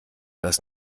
das